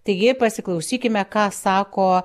taigi pasiklausykime ką sako